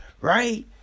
right